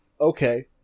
Okay